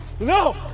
No